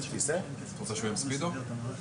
מקום שלישי,